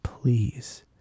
Please